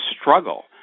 struggle